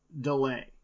delay